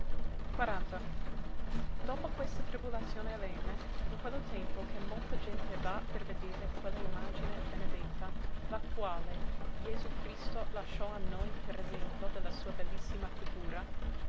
a opo questa tribulazione avvenne in quello tempo che molta gente va per vedere quella imagine benedetta la quale jesu cristo lasciò a noi per esemplo de la sua bellissima figura